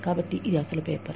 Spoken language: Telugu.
కాబట్టి ఇది అసలు పేపర్